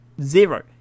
zero